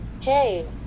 Hey